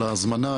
על ההזמנה,